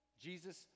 Jesus